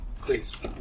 Please